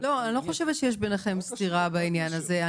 לא חושבת שיש ביניכם סתירה בעניין הזה.